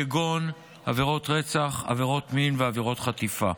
כגון עבירות רצח, עבירות מין ועבירות חטיפה.